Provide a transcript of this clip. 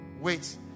wait